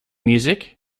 music